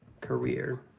career